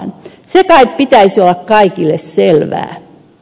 sen kai pitäisi olla kaikille selvää